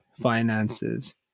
finances